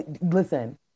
Listen